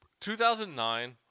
2009